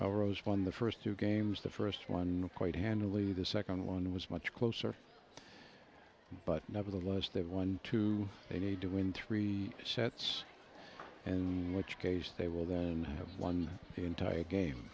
game rose won the first two games the first one quite handily the second one was much closer but nevertheless they won two they need to win three sets and which case they will then have won the entire game